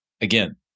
again